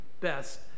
best